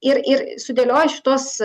ir ir sudėliojus šituos